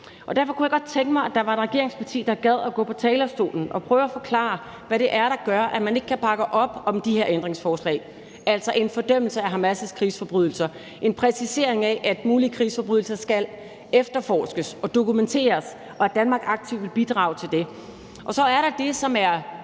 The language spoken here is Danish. Derfor kunne jeg godt tænke mig, at der var et regeringsparti, der gad at gå på talerstolen og prøve at forklare, hvad det er, der gør, at man ikke kan bakke op om de her ændringsforslag, altså en fordømmelse af Hamas' krigsforbrydelser og en præcisering af, at mulige krigsforbrydelser skal efterforskes og dokumenteres, og at Danmark aktivt vil bidrage til det. Så er der det, som er